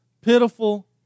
pitiful